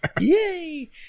yay